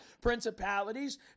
principalities